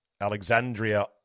Alexandria